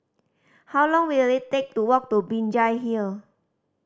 how long will it take to walk to Binjai Hill